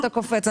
אתה קופץ.